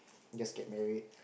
just get married